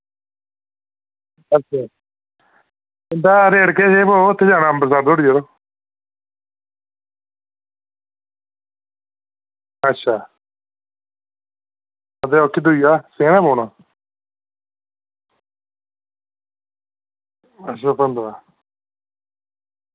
अच्छा इं'दा रेट केह् होग इत्थें अंबरसर धोड़ी जाना यरो अच्छा ओह् दूइयै दा सेम गै पौना अच्छा ओह् पंदरां